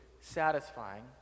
satisfying